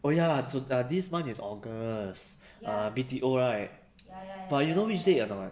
oh ya zh~ this month is august uh B_T_O right but you know which date or not